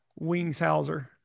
Wingshauser